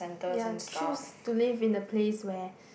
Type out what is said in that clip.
ya choose to live in a place where